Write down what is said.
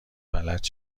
فلج